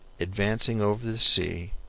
advancing over the sea,